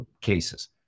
cases